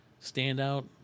standout